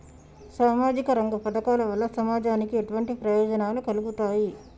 సామాజిక రంగ పథకాల వల్ల సమాజానికి ఎటువంటి ప్రయోజనాలు కలుగుతాయి?